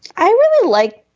i really like